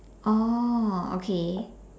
oh okay